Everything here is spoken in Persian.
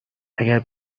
اگه